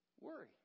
worry